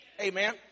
Amen